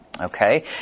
Okay